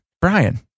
Brian